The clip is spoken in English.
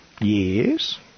yes